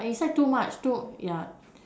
but inside too much too ya